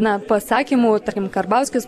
na pasakymų tarkim karbauskis